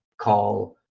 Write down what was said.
call